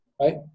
right